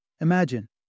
Imagine